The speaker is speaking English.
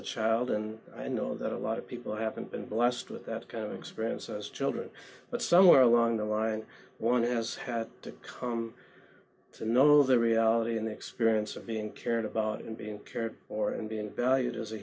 a child and i know that a lot of people haven't been blessed with that kind of experience as children but somewhere along the line one has had to come to know the reality and the experience of being cared about and being cared for and valued as a